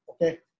okay